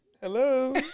hello